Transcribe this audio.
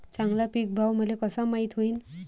चांगला पीक भाव मले कसा माइत होईन?